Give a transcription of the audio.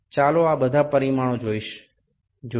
ચાલો આ બધા પરિમાણો જોઈએ